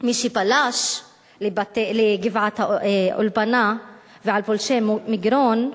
מי שפלש לגבעת-האולפנה ועל פולשי מגרון,